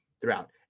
throughout